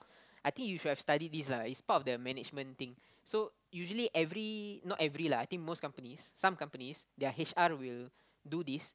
I think you should have studied this lah it's part of the management thing so usually every not every lah I think most companies some companies their h_r will do this